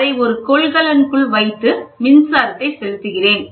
அதை ஒரு கொள்கலனுக்குள் வைத்து மின்சாரத்தைப் செலுத்துகிறேன்